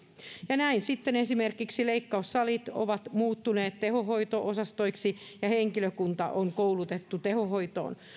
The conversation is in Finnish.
ja näin sitten esimerkiksi leikkaussalit ovat muuttuneet tehohoito osastoiksi ja henkilökuntaa on koulutettu tehohoitoon